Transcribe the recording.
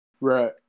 right